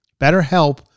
BetterHelp